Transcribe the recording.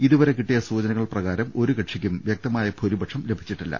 ഇതുവരെ കിട്ടിയ സൂചനകൾ പ്രകാരം ഒരു കക്ഷിക്കും വ്യക്തമായ ഭൂരിപക്ഷം ലഭിച്ചിട്ടില്ല